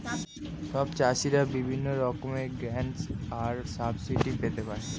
সব চাষীরা বিভিন্ন রকমের গ্র্যান্টস আর সাবসিডি পেতে পারে